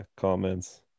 Comments